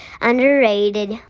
underrated